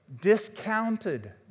discounted